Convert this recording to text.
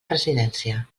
presidència